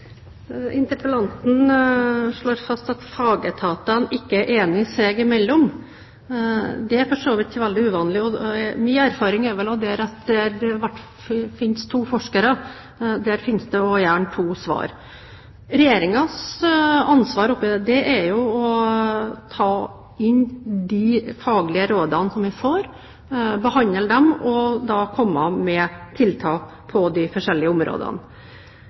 Interpellanten slår fast at fagetatene ikke er enige seg imellom. Det er for så vidt ikke veldig uvanlig. Min erfaring er vel at der det er fins to forskere, fins det gjerne også to svar. Regjeringens ansvar i dette er å ta imot de faglige rådene som vi får, behandle dem og komme med tiltak på de forskjellige områdene.